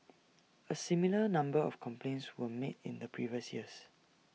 A similar number of complaints were made in the previous years